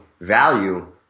value